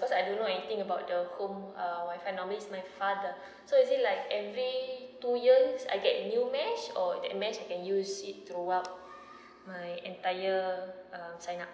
cause I don't know anything about the home uh wifi normally my father so is it like every two years I get a new mesh or that mesh I can use it throughout my entire err sign up